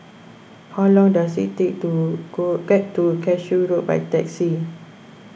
how long does it take to go get to Cashew Road by taxi